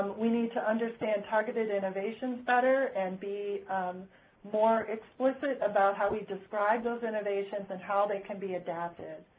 we need to understand targeted innovations better and be more explicit about how we describe those innovations and how they can be adapted